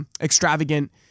extravagant